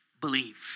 Believe